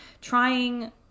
trying